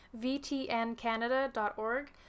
vtncanada.org